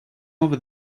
over